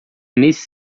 nesse